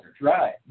Right